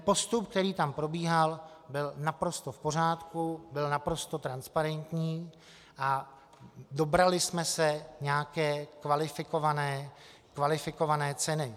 Postup, který tam probíhal, byl naprosto v pořádku, byl naprosto transparentní a dobrali jsme se nějaké kvalifikované ceny.